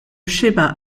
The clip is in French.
schéma